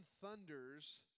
thunders